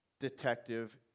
detective